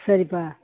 சரிப்பா